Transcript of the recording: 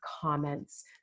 comments